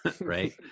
right